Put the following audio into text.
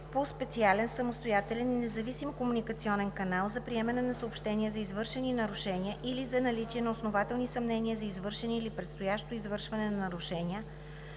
по специален, самостоятелен и независим комуникационен канал за приемане на съобщения за извършени нарушения или за наличие на основателни съмнения за извършени или предстоящо извършване на нарушения